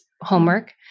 homework